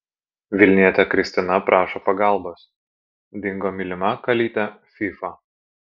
vilnietė kristina prašo pagalbos dingo mylima kalytė fyfa